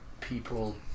people –